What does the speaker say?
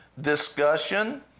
discussion